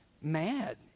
mad